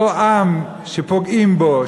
אותו עם שפוגעים בו,